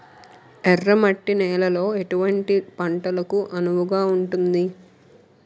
ఎర్ర మట్టి నేలలో ఎటువంటి పంటలకు అనువుగా ఉంటుంది?